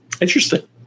Interesting